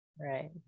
right